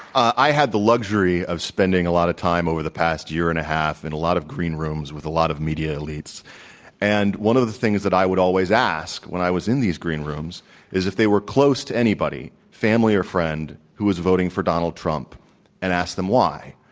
i had the luxury of spending a lot of time over the past year and a half in and a lot of green rooms with a lot of media elites and one of the things that i would always ask when i was in these green rooms is if they were close to anybody, family or friend, who was voting from donald trump and asked them why.